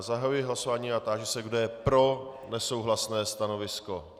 Zahajuji hlasování a táži se, kdo je pro nesouhlasné stanovisko.